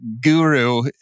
guru